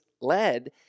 led